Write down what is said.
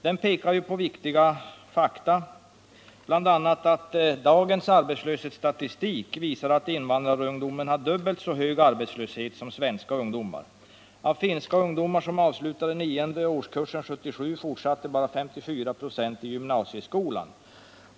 Den pekar på viktiga fakta: ”Dagens arbetslöshetsstatistik visar att invandrarungdomen har dubbelt så hög arbetslöshet som svenska ungdomar. Av finska ungdomar som avslutade nionde årskursen 1977 fortsatte bara 54 96 i gymnasieskolan.